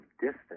distance